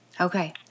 Okay